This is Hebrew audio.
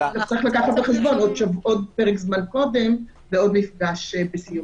וצריך להביא בחשבון עוד פרק זמן קודם ועוד מפגש בסיום.